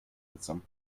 mitsamt